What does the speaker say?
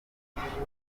kwiyongera